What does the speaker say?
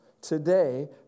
today